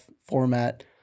format